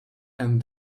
and